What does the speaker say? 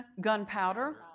gunpowder